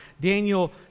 Daniel